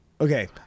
Okay